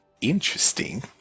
Interesting